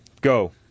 Go